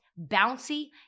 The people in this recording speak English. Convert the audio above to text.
bouncy